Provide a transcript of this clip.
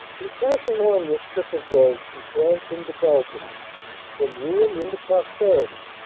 you pass along this strip of road from france into belgium from ruin into prosperity,